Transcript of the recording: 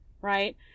right